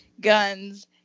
guns